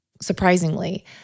Surprisingly